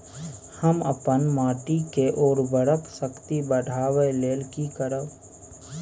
हम अपन माटी के उर्वरक शक्ति बढाबै लेल की करब?